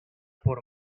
por